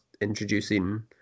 introducing